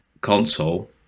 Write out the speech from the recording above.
console